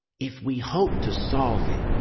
if we hope to solve it,